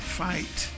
fight